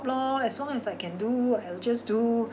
lor as long as I can do I'll just do